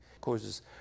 causes